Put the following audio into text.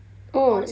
oh